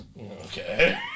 Okay